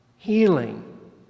healing